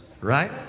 Right